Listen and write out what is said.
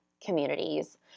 communities